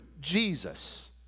Jesus